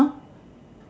!huh!